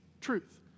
truth